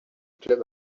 club